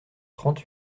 trente